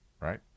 right